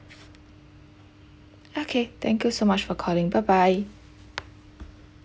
okay thank you so much for calling bye bye